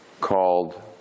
called